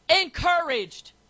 encouraged